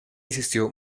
insistió